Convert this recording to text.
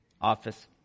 office